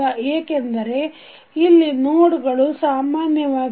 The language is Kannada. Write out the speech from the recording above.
ಏಕೆಂದರೆ ಇಲ್ಲಿ ನೋಡ್ ಗಳು ಸಾಮಾನ್ಯವಾಗಿವೆ